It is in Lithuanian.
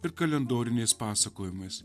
ir kalendoriniais pasakojimais